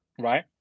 right